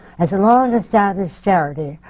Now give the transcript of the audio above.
as a long-established charity,